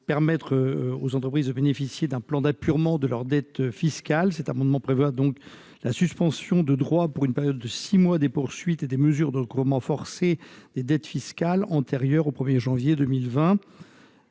permettre aux entreprises de bénéficier d'un plan d'apurement de leur dette fiscale. Cet amendement a donc pour objet la suspension de droit pour une période de six mois des poursuites et des mesures de recouvrement forcé des dettes fiscales antérieures au 1janvier 2020.